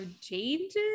changes